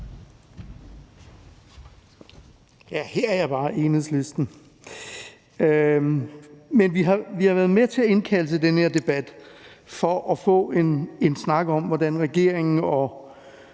Ja, her er jeg bare Enhedslistens ordfører. Men vi har været med til at indkalde til den her debat for at få en snak om, hvordan regeringen og